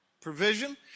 provision